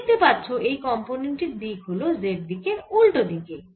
তোমরা দেখতে পাচ্ছো এই কম্পোনেন্ট টির দিক হল z দিকের উল্টো দিকে